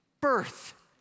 birth